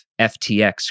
FTX